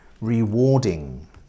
rewarding